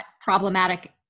Problematic